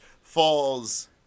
falls